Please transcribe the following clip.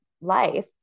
life